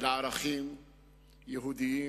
לערכים יהודיים.